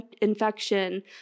infection